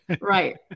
right